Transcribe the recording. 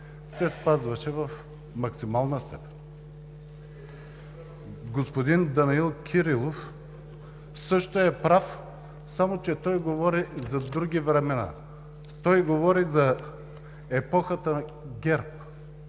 се спазваше в максимална степен. Господин Данаил Кирилов също е прав, само че той говори за други времена. Той говори за епохата на ГЕРБ,